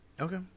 Okay